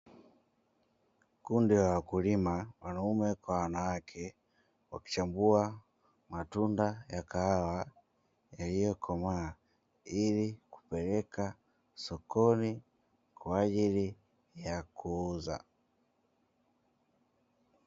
Kundi la wakulima wanaume kwa wanawake, wakichambua matunda ya kahawa yaliyokomaa ili kupeleka sokoni kwa ajili ya kuuza.